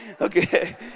Okay